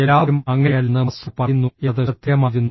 എല്ലാവരും അങ്ങനെയല്ലെന്ന് മാസ്ലോ പറയുന്നു എന്നത് ശ്രദ്ധേയമായിരുന്നു